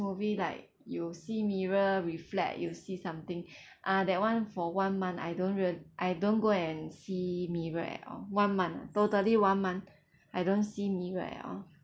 movie like you see mirror reflect you see something ah that [one] for one month I don't re~ I don't go and see mirror at all one month ah totally one month I don't see mirror at all